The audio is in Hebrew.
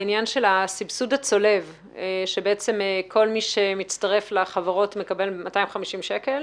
העניין של הסבסוד הצולב שבצעם כל מי שמצטרף לחברות מקבל 250 שקלים